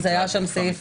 היה שם סעיף (ב).